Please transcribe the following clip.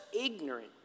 ignorant